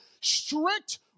strict